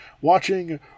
watching